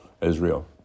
Israel